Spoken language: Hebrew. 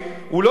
הוא לא עיוור.